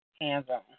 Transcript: hands-on